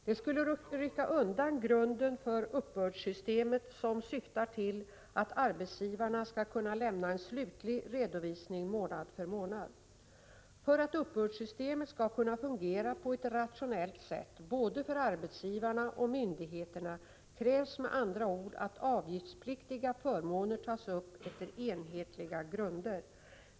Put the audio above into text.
Det skulle rycka undan grunden för uppbördssystemet, som syftar till att arbetsgivarna skall kunna lämna en slutlig redovisning månad för månad. För att uppbördssystemet skall kunna fungera på ett rationellt sätt både för arbetsgivarna och för myndigheterna krävs med andra ord att avgiftspliktiga förmåner tas upp efter enhetliga grunder.